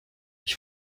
ich